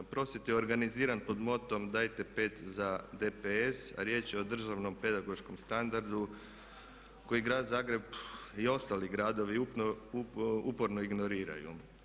Prosvjed je organiziran pod motom "Dajte pet za DPS" a riječ je o državnom pedagoškom standardu koji Grad Zagreb i ostali gradovi uporno ignoriraju.